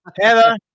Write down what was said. Heather